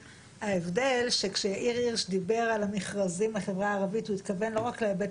ההבדל שכשדובר על המכרזים בחברה הערבית הכוונה לא היתה רק להיבט